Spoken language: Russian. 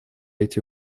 эти